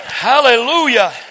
Hallelujah